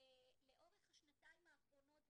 לאורך השנתיים האחרונות,